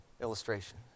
illustration